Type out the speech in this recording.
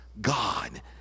god